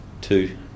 two